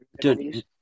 Dude